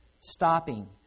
stopping